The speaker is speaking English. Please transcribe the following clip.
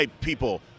people